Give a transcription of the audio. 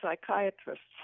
psychiatrists